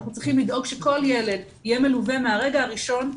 אנחנו צריכים לדאוג שכל ילד יהיה מלווה מהרגע הראשון,